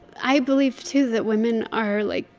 i believe, too, that women are, like,